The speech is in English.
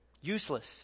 useless